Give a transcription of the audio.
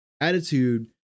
attitude